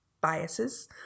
biases